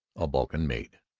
a balkan maid.